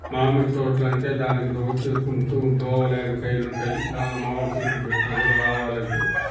మామిడి తోట్లంటే దానికి వచ్చే కొంచెం దోవలాంటి కైలుంటాయ్ దాంట్లో మామిడి చెట్లు పెట్టినా కూడా రావాలంటే